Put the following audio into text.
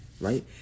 Right